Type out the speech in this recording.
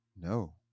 no